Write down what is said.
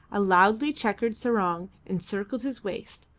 a loudly checkered sarong encircled his waist,